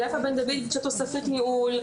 יפה בן דוד ביקשה תוספת ניהול,